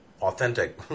authentic